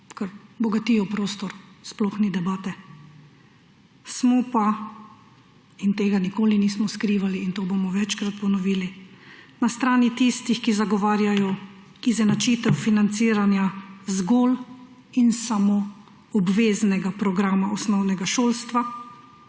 ker bogatijo prostor, o tem sploh ni debate, smo pa – in tega nikoli nismo skrivali in to bomo večkrat ponovili – na strani tistih, ki zagovarjajo izenačitev financiranja zgolj in samo obveznega programa osnovnega šolstva,